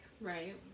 right